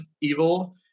evil